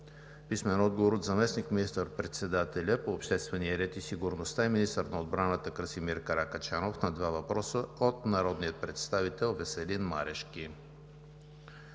Александров; - заместник министър-председателя по обществения ред и сигурността и министър на отбраната Красимир Каракачанов на два въпроса от народния представител Веселин Марешки;